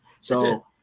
So-